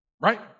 Right